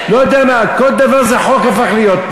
כל דבר זה חוק פה.